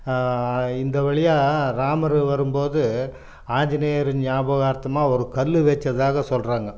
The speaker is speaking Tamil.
இந்த வழியாக ராமர் வரும் போது ஆஞ்சினேயர் நியாபகார்த்தமாக ஒரு கல் வைச்சதாக சொல்கிறாங்க